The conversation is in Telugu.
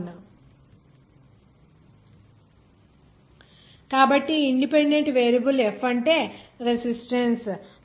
F f m r v d e కాబట్టి ఈ డిపెండెంట్ వేరియబుల్ f అంటే రెసిస్టెన్స్